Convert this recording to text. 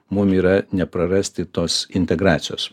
mum yra neprarasti tos integracijos